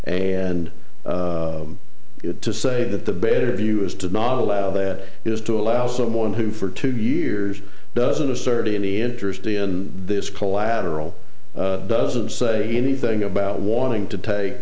and to say that the better view is to not allow that is to allow someone who for two years doesn't assert any interest in this collateral doesn't say anything about wanting to take